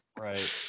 Right